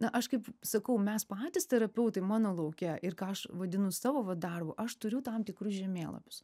na aš kaip sakau mes patys terapeutai mano lauke ir ką aš vadinu savo va darbu aš turiu tam tikrus žemėlapius